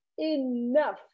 enough